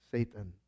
Satan